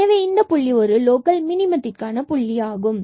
எனவே இந்த புள்ளி ஒரு லோக்கல் மினிம்மத்திக்கான புள்ளி ஆகும்